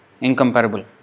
Incomparable